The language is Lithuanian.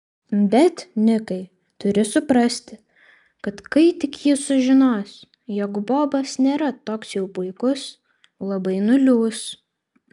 bet nikai turi suprasti kad kai tik ji sužinos jog bobas nėra toks jau puikus labai nuliūs